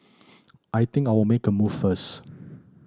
I think I'll make a move first